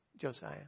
Josiah